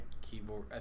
keyboard